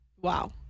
Wow